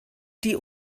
die